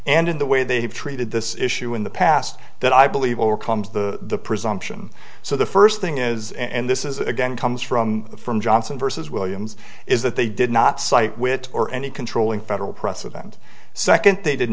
and in the way they have treated this issue in the past that i believe overcomes the presumption so the first thing is and this is again comes from the from johnson versus williams is that they did not cite which or any controlling federal precedent second they did